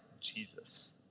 Jesus